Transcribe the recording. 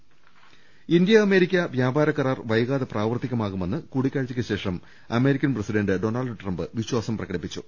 ്് India America വ്യാപാര കരാർ വൈകാതെ പ്രാവർത്തിക മാകുമെന്ന് കൂടിക്കാഴ്ചയ്ക്കുശേഷം അമേരിക്കൻ പ്രസിഡന്റ് ഡൊണാൾഡ് ട്രംപ് വിശ്വാസം പ്രകടിപ്പിച്ചു